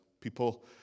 People